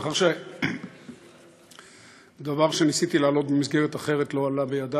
מאחר שדבר שניסיתי להעלות במסגרת אחרת לא עלה בידי,